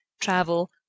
travel